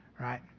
right